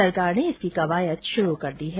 सरकार ने इसकी कवायद शुरू कर दी है